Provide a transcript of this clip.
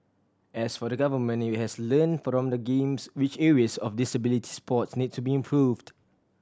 as for the Government it will has learnt from the Games which areas of disability sports need to be improved